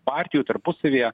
partijų tarpusavyje